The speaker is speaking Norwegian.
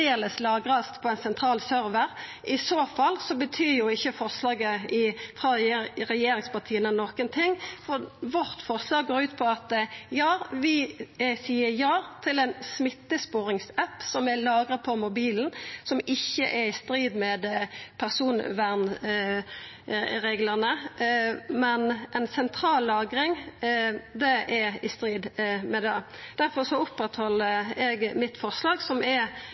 lagrast på ein sentral server? I så fall betyr ikkje forslaget frå regjeringspartia noko. Vårt forslag går ut på at vi seier ja til ein smittesporingsapp som er lagra på mobilen, noko som ikkje er i strid med personvernreglane. Men ei sentral lagring er i strid med det. Difor opprettheld eg mitt forslag, som er